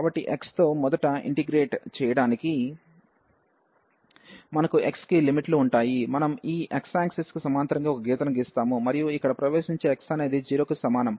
కాబట్టి x తో మొదట ఇంటిగ్రేట్ చేయడానికి మనకు x కి లిమిట్ లు ఉంటాయి మనం ఈ x ఆక్సిస్ కి సమాంతరంగా ఒక గీతను గీస్తాము మరియు ఇక్కడ ప్రవేశించే x అనేది 0 కి సమానం